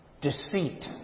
Deceit